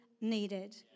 needed